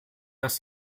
dass